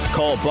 Call